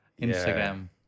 Instagram